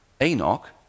Enoch